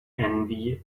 envy